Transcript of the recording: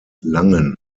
langen